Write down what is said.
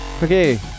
Okay